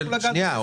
שנייה,